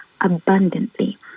Abundantly